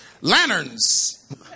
Lanterns